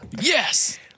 yes